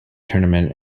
tournament